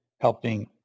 helping